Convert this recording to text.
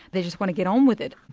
they just want to get on with it.